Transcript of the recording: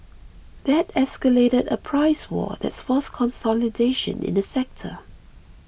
that escalated a price war that's forced consolidation in the sector